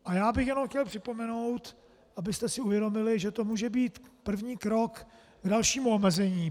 A já bych jenom chtěl připomenout, abyste si uvědomili, že to může být první krok k dalšímu omezení.